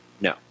No